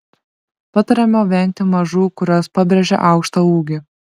patariama vengti mažų kurios pabrėžia aukštą ūgį